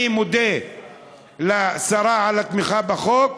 אני מודה לשרה על התמיכה בחוק,